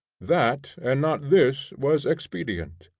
that and not this was expedient.